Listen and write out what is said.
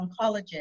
oncologist